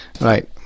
Right